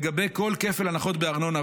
לגבי כל כפל הנחות בארנונה,